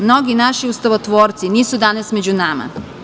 Mnogi naši ustavotvorci nisu danas među nama.